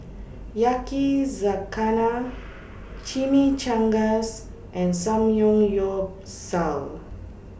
Yakizakana Chimichangas and Samgeyopsal